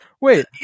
wait